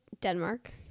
Denmark